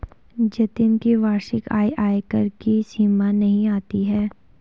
जतिन की वार्षिक आय आयकर की सीमा में नही आती है